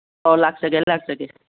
ꯑꯣ ꯂꯥꯛꯆꯒꯦ ꯂꯥꯛꯆꯒꯦ